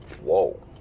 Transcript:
whoa